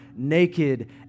naked